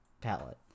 palette